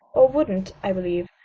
or wouldn't, i believe.